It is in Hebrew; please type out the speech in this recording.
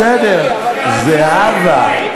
בסדר, זהבה,